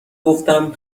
گفتم